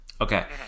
Okay